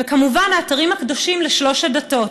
וכמובן אתרים הקדושים לשלוש הדתות,